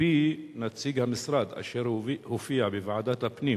מפי נציג המשרד אשר הופיע בוועדת הפנים